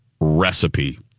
recipe